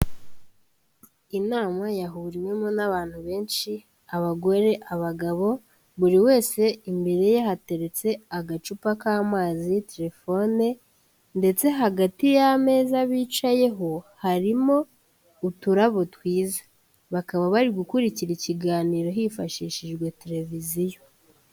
Inama yahuriwemo n'abantu benshi abagore, abagabo, buri wese imbere ye hateretse agacupa k'amazi, telefone ndetse hagati y'ameza bicayeho harimo uturabo twiza, bakaba bari gukurikira ikiganiro hifashishijwe televiziyo.